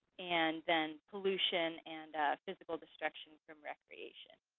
and then pollution and physical destruction from recreation.